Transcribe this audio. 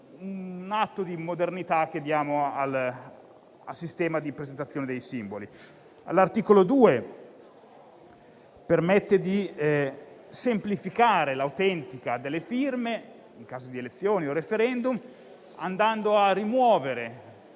un atto di modernità che diamo al sistema di presentazione dei simboli. L'articolo 2 permette di semplificare l'autentica delle firme in caso di elezioni e *referendum* rimuovendo